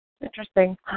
Interesting